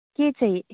के चाहिँ